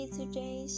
today